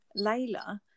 Layla